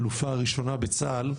האלופה הראשונה בצה"ל,